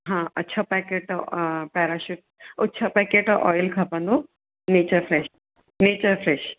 हा छह packet Parachute जा छह पैकेट ओइल खपंदो नेचर फ्रेश नेचर फ्रेश